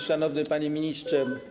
Szanowny Panie Ministrze!